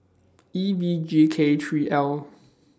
E V G K three L